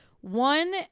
one